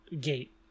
gate